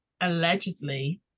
allegedly